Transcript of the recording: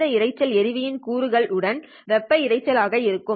இது இரைச்சல் எறிவிவின் கூறுகள் உடன் வெப்ப இரைச்சல் கூறு ஆகவும் உள்ளது